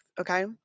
Okay